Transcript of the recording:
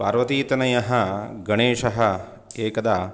पर्वतीतनयः गणेशः एकदा